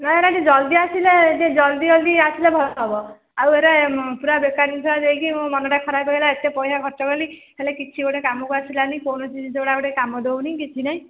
ନ ଏଇଟା କି ଜଲ୍ଦି ଆସିଲେ ଯେ ଜଲ୍ଦି ଜଲ୍ଦି ଆସିଲ ଭଲ ହବ ଆଉ ଏଗୁଡ଼ା ପୁରା ବେକାର ଜିନିଷ ଯାଇକି ମୋ ମନଟା ଖରାପ ହେଇଗଲା ଏତେ ପଇସା ଖର୍ଚ୍ଚ କଲି ହେଲେ କିଛି ଗୋଟେ କାମକୁ ଆସିଲାନି କୌଣସି ଜିନିଷ ଗୁଡ଼ା ଗୋଟେ କାମ ଦଉନି କିଛି ନାହିଁ